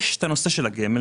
יש את הנושא של הגמל-נט,